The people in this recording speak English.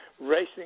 racing